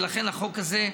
ולכן החוק הזה,